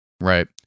right